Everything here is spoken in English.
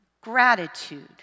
gratitude